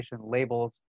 labels